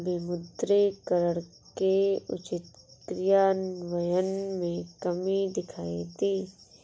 विमुद्रीकरण के उचित क्रियान्वयन में कमी दिखाई दी